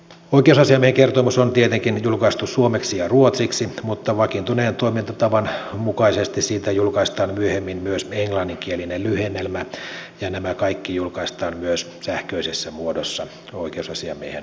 oikeusasiamiehen kertomus on tietenkin julkaistu suomeksi ja ruotsiksi mutta vakiintuneen toimintatavan mukaisesti siitä julkaistaan myöhemmin myös englanninkielinen lyhennelmä ja nämä kaikki julkaistaan myös sähköisessä muodossa oikeusasiamiehen verkkosivuilla